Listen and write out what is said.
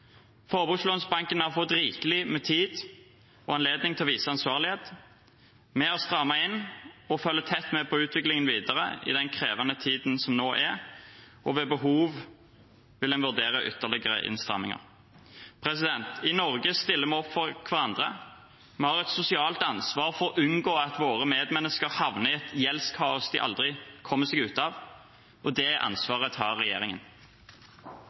har fått rikelig med tid og anledning til å vise ansvarlighet. Vi har strammet inn og følger tett med på utviklingen videre i den krevende tiden som er nå, og ved behov vil en vurdere ytterligere innstramminger. I Norge stiller vi opp for hverandre. Vi har et sosialt ansvar for å unngå at våre medmennesker havner i et gjeldskaos de aldri kommer seg ut av, og det ansvaret tar regjeringen.